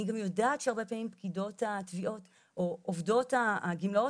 אני יודעת שגם הרבה פעמים פקידות התביעות או עובדות הגמלאות,